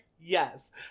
Yes